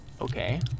Okay